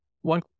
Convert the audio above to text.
One